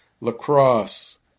lacrosse